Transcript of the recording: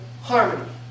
harmony